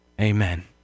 Amen